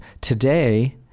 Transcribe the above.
today